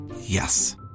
Yes